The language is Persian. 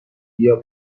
بیا